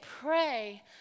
pray